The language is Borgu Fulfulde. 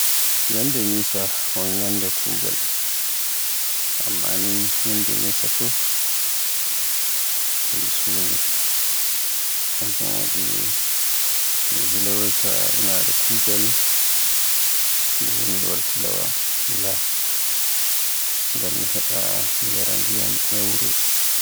Ñyande Misa un ñyande kuugal. Amma ni yannde Misa fuf e mi sumi kanjum waɗi mi yahilawayta inaare kugaal, bo mi wartilaawa ila. Ngam mi heɓa mi yaara ndiyam e wuro.